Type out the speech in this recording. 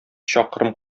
чакрым